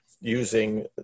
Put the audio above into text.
using